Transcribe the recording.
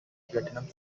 platinum